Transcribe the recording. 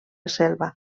selva